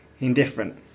indifferent